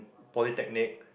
polytechnic